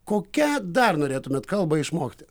kokią dar norėtumėt kalbą išmokti